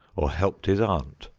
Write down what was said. or helped his aunt,